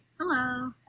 Hello